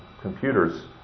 computers